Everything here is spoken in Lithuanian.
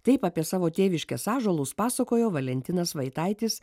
taip apie savo tėviškės ąžuolus pasakojo valentinas vaitaitis